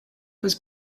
was